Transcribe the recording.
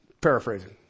paraphrasing